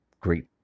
great